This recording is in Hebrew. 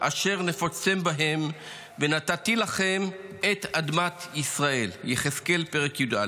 אשר נְפֹצוֹתֶם בהם ונתתי לכם את אדמת ישראל" יחזקאל פרק י"א.